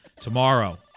Tomorrow